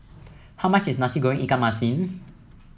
how much is Nasi Goreng Ikan Masin